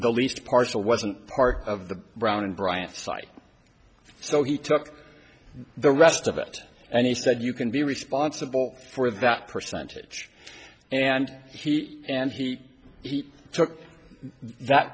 the least partial wasn't part of the brown and bryant side so he took the rest of it and he said you can be responsible for that percentage and he and he he took that